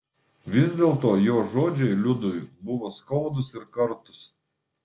vis dėlto jo žodžiai liudui buvo skaudūs ir kartūs